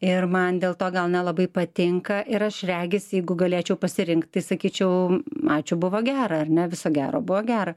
ir man dėl to gal nelabai patinka ir aš regis jeigu galėčiau pasirinkti sakyčiau ačiū buvo gera ar ne viso gero buvo gera